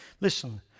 Listen